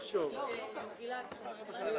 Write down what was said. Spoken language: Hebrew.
הצבעה בעד 2 נגד 3 נמנעים אין